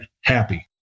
happy